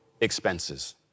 expenses